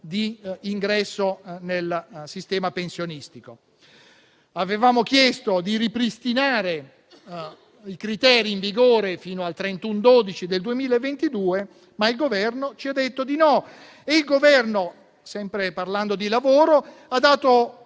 di ingresso nel sistema pensionistico. Avevamo chiesto di ripristinare i criteri in vigore fino al 31 dicembre 2022, ma il Governo ci ha detto di no. Sempre parlando di lavoro, il